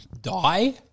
Die